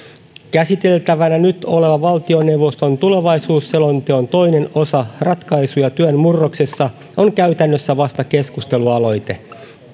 käsiteltävänä oleva valtioneuvoston tulevaisuusselonteon toinen osa ratkaisuja työn murroksessa on käytännössä vasta keskustelualoite